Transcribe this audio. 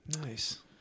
Nice